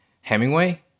Hemingway